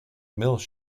mills